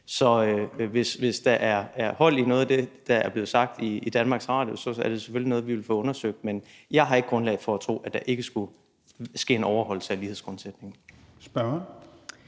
Så hvis der er hold i noget af det, der er blevet sagt i Danmarks Radio, så er det selvfølgelig noget, vi vil få undersøgt. Men jeg har ikke grundlag for at tro, at der ikke skulle ske en overholdelse af lighedsgrundsætningen. Kl.